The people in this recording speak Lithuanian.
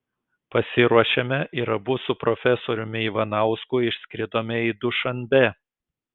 pasiruošėme ir abu su profesoriumi ivanausku išskridome į dušanbę